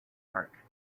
arc